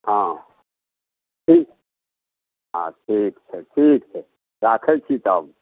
हँ ठीक आओर ठीक छै ठीक छै राखै छी तब